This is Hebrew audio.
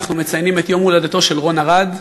ואנחנו מציינים את יום הולדתו של רון ארד,